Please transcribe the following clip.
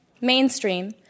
mainstream